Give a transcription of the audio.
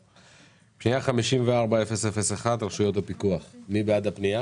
פנייה 54001 רשויות הפיקוח, מי בעד הפנייה,